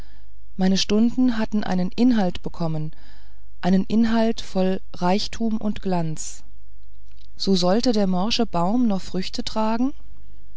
meine stunden hatten einen inhalt bekommen einen inhalt voll reichtum und glanz so sollte der morsche baum noch früchte tragen